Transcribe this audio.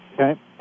Okay